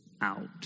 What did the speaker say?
out